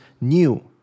new